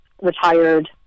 retired